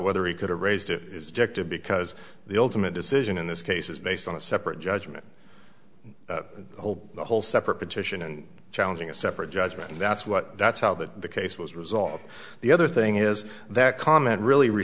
whether he could have raised it is dicta because the ultimate decision in this case is based on a separate judgement the whole the whole separate petition and challenging a separate judgment and that's what that's how that the case was a result of the other thing is that comment really re